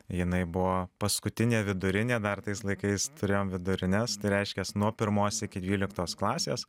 jinai buvo paskutinė vidurinė dar tais laikais turėjom vidurines tai reiškias nuo pirmos iki dvyliktos klasės